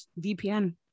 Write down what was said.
VPN